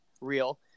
real